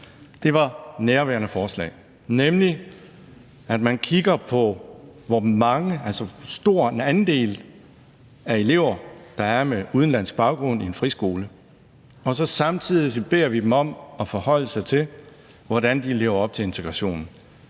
var nærværende forslag om, at man kigger på, hvor stor en andel af elever med udenlandsk baggrund der er i en friskole, og at vi så samtidig beder dem om at forholde sig til, hvordan de lever op til integrationen.